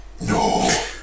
no